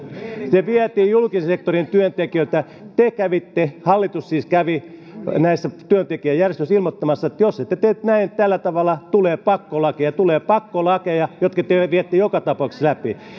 ne vietiin julkisen sektorin työntekijöiltä te kävitte hallitus siis kävi näissä työntekijäjärjestöissä ilmoittamassa että jos ette tee näin tällä tavalla tulee pakkolakeja tulee pakkolakeja jotka te viette joka tapauksessa läpi